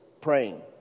praying